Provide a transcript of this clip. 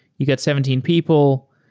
you got seventeen people.